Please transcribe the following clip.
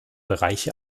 bereiche